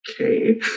okay